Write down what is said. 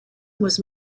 was